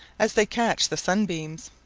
as they catch the sunbeams.